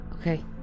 Okay